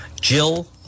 Jill